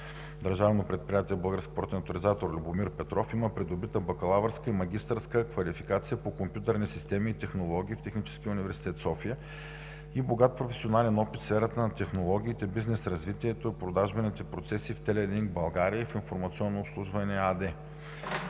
държавното предприятие „Български спортен тотализатор“ Любомир Петров има придобита бакалавърска и магистърска квалификация по компютърни системи и технологии в Техническия университет в София и богат професионален опит в сферата на технологиите, бизнес развитието, продажбените процеси в “Телелинк България“ и в „Информационно обслужване“ АД.